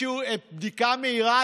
בבדיקה מהירה,